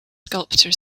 sculptor